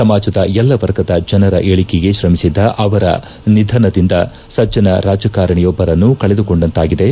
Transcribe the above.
ಸಮಾಜದ ಎಲ್ಲ ವರ್ಗದ ಜನರ ಏಳಿಗೆಗೆ ತ್ರಮಿಸಿದ್ದ ಅವರ ನಿಧನದಿಂದ ಸಜ್ಜನ ರಾಜಕಾರಣಿಯೊಬ್ಬರನ್ನು ಕಳೆದುಕೊಂಡಂತಾಗಿದೆ